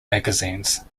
magazines